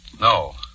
No